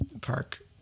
Park